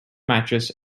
mattress